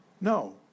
no